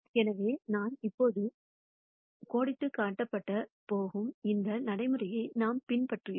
எனவே நான் இப்போது கோடிட்டுக் காட்டப் போகும் இந்த நடைமுறையை நாம் பின்பற்றுகிறோம்